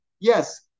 Yes